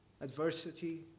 adversity